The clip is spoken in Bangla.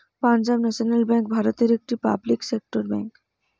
পাঞ্জাব ন্যাশনাল বেঙ্ক ভারতের একটি পাবলিক সেক্টর বেঙ্ক